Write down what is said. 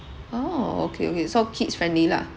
orh okay okay so kids friendly lah